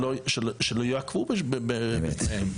שלא יעכבו אותם.